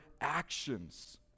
actions